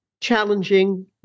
challenging